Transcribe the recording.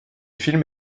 film